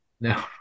No